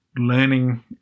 learning